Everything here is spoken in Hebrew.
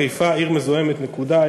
חיפה עיר מזוהמת, נקודה.